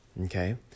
Okay